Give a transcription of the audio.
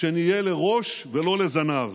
שנהיה לראש ולא לזנב.